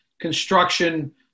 construction